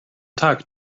tag